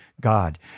God